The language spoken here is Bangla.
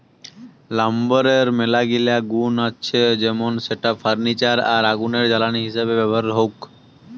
লাম্বরের মেলাগিলা গুন্ আছে যেমন সেটা ফার্নিচার আর আগুনের জ্বালানি হিসেবে ব্যবহার হউক